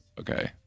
okay